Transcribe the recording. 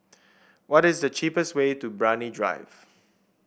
what is the cheapest way to Brani Drive